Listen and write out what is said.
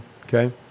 Okay